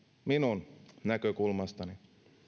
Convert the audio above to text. minun näkökulmastani